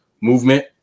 movement